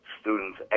students